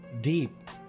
Deep